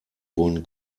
wurden